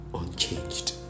unchanged